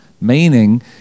meaning